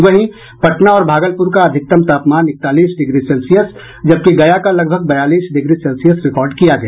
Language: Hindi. वहीं पटना और भागलपुर का अधिकतम तापमान इकतालीस डिग्री सेल्सियस जबकि गया का लगभग बयालीस डिग्री सेल्सियस रिकॉर्ड किया गया